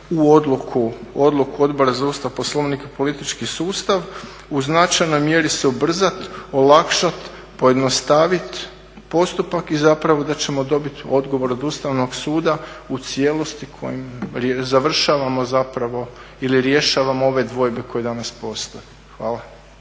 u odluku Odbora za Ustav, Poslovnik i politički sustav u značajnoj mjeri se ubrzati, olakšati, pojednostaviti postupak i zapravo da ćemo dobiti odgovor od Ustavnog suda u cijelosti kojim završavamo zapravo ili rješavamo ove dvojbe koje danas postoje. Hvala.